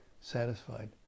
satisfied